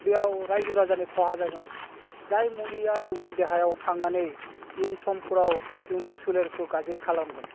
बेयाव रायजो राजानि खहा जागोन जाय मुलिया जोंनि देहायाव थांनानै इयुन समफ्राव जोंनि सोलेरखौ गाज्रि खालामगोन